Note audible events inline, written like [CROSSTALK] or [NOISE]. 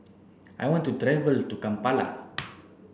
I want to travel to Kampala [NOISE]